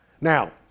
Now